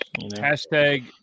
Hashtag